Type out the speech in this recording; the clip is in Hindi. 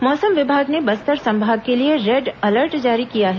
मौसम विभाग ने बस्तर संभाग के लिए रेड अलर्ट जारी किया है